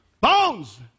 Bones